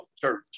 church